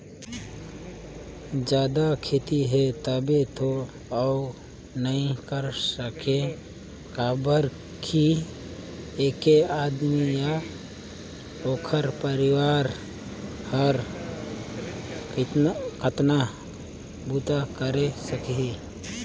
जादा खेती हे तभे तो अउ नइ कर सके काबर कि ऐके आदमी य ओखर परवार हर कतना बूता करे सकही